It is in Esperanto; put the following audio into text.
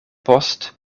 post